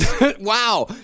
Wow